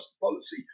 policy